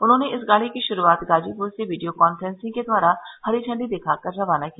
उन्होंने इस गाड़ी की शुरूआत गाजीप्र से वीडियो कांफ्रेंसिंग के द्वारा हरी झंडी दिखाकर रवाना किया